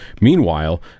Meanwhile